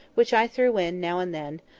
which i threw in now and then,